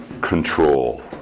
control